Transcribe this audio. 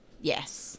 yes